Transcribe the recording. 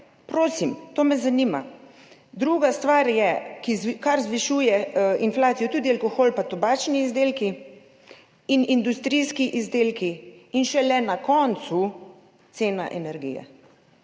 Prosim, to me zanima. Drugo, kar zvišuje inflacijo, so tudi alkohol, tobačni izdelki in industrijski izdelki, šele na koncu cena energije.